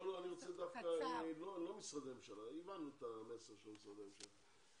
לא משרדי ממשלה, הבנו את המסר של משרדי הממשלה.